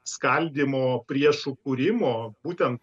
skaldymo priešų kūrimo būtent